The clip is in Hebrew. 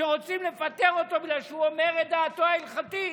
שרוצים לפטר אותו בגלל שהוא אומר את דעתו ההלכתית.